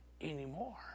anymore